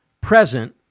present